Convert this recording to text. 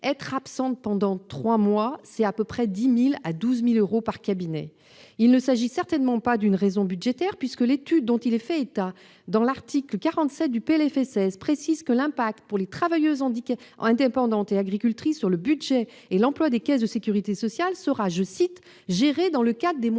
Une absence d'environ trois mois représente une perte de 10 000 à 12 000 euros par cabinet. Il ne s'agit certainement pas d'une raison budgétaire, puisque l'étude dont il est fait état pour l'article 47 du PLFSS pour 2019 précise que l'impact pour les travailleuses indépendantes et agricultrices sur le budget et l'emploi des caisses de sécurité sociale sera géré « dans le cadre des moyens